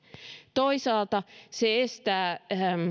toisaalta se estää